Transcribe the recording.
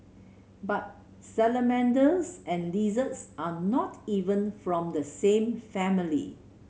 but salamanders and lizards are not even from the same family